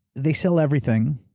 they sell everything.